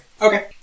Okay